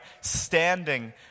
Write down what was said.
standing